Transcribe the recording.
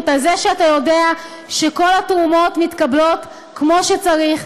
על זה שאתה יודע שכל התרומות מתקבלות כמו שצריך,